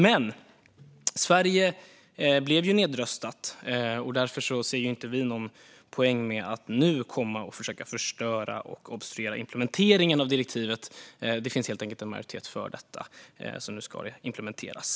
Men Sverige blev ju nedröstat, och därför ser vi inte någon poäng med att nu komma och försöka att förstöra och obstruera implementeringen av direktivet. Det finns helt enkelt en majoritet för detta, så nu ska det implementeras.